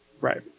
Right